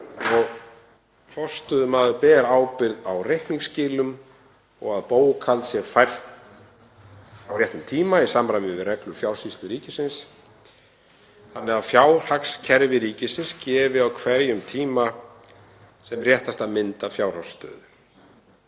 og forstöðumaður ber ábyrgð á reikningsskilum og að bókhald sé fært á réttum tíma í samræmi við reglur Fjársýslu ríkisins þannig að fjárhagskerfi ríkisins gefi á hverjum tíma sem réttasta mynd af fjárhagsstöðu.